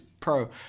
pro